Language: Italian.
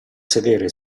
sedere